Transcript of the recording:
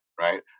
right